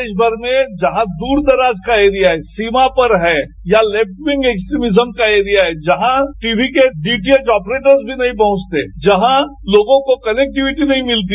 देशभर में जहां दूर दराज का एरिया है सीमा पर है या लेफ्टविंग एक्सविजम का एरिया है जहां टीवी को डीटीएच ऑपरेटरस मी नहीं पहचते जहां लोगों को कनेक्टिविटी नहीं भिलती